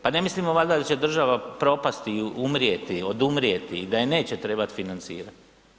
Pa ne mislimo valjda da će država propasti i umrijeti, odumrijeti, da je neće trebat financirat?